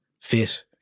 fit